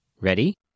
Ready